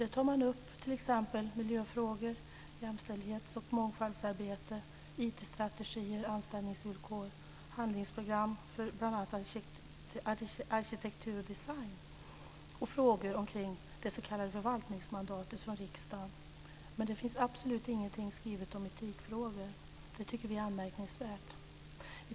Där tar man upp t.ex. miljöfrågor, jämställdhets och mångfaldsarbete, IT-strategier, anställningsvillkor, handlingsprogram för bl.a. arkitektur och design och frågor kring det s.k. förvaltningsmandatet från riksdagen. Men det finns absolut ingenting skrivet om etikfrågor. Det tycker vi är anmärkningsvärt.